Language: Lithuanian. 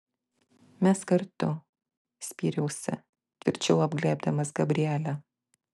mes kartu spyriausi tvirčiau apglėbdamas gabrielę